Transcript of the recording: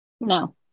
No